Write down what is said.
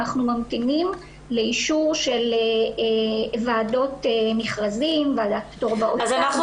אנחנו ממתינים לאישור של ועדות מכרזים- -- אז אנחנו